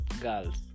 girls